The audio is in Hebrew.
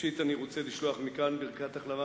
ראשית אני רוצה לשלוח מכאן ברכת החלמה